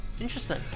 Interesting